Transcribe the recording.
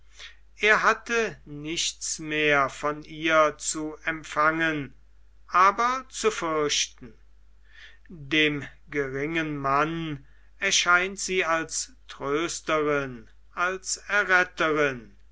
er hatte nichts mehr von ihr zu empfangen aber zu fürchten dem geringen mann erscheint sie als trösterin als erretterin